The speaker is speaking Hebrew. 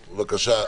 בבקשה.